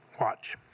Watch